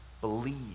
believe